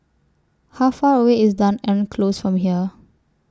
How Far away IS Dunearn Close from here